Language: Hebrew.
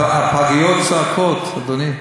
הפגיות צועקות, אדוני.